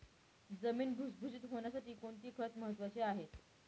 जमीन भुसभुशीत होण्यासाठी कोणती खते महत्वाची आहेत?